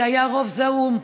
זה היה רוב זעום.